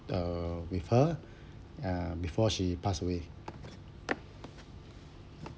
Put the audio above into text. uh with her uh before she passed away